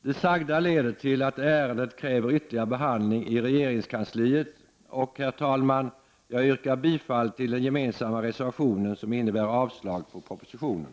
Det sagda leder till att ärendet kräver ytterligare behandling i regeringskansliet och, herr talman, jag yrkar bifall till den gemensamma reservationen, som innebär avslag på propositionen.